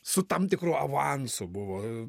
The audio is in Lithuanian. su tam tikru avansu buvo